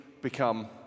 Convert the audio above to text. Become